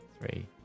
three